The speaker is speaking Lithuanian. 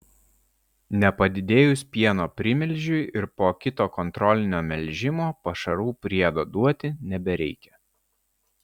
nepadidėjus pieno primilžiui ir po kito kontrolinio melžimo pašarų priedo duoti nebereikia